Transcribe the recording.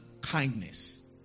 kindness